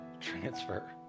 transfer